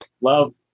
love